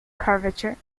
curvature